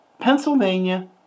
Pennsylvania